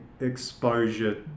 exposure